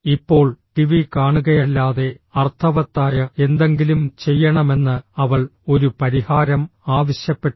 ഇപ്പോൾ ടിവി കാണുകയല്ലാതെ അർത്ഥവത്തായ എന്തെങ്കിലും ചെയ്യണമെന്ന് അവൾ ഒരു പരിഹാരം ആവശ്യപ്പെട്ടു